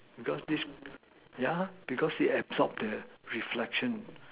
because it yeah because it absorbs the reflection